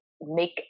make